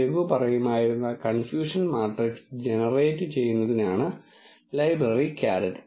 രഘു പറയുമായിരുന്ന confusion matrix generate ചെയ്യുന്നതിനാണ് library carrot